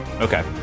Okay